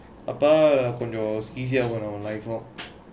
அப்பே தன கொஞ்சம்:appe thana konjam easier for our life lor